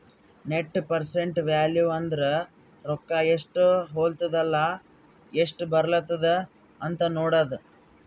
net present value ಅಂದುರ್ ರೊಕ್ಕಾ ಎಸ್ಟ್ ಹೊಲತ್ತುದ ಎಸ್ಟ್ ಬರ್ಲತ್ತದ ಅಂತ್ ನೋಡದ್ದ